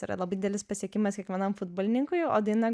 yra labai didelis pasiekimas kiekvienam futbolininkui o daina